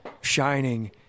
shining